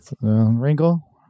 Wrinkle